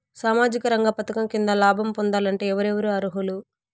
సామాజిక రంగ పథకం కింద లాభం పొందాలంటే ఎవరెవరు అర్హులు?